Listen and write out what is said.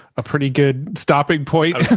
a pretty good stopping points.